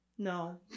No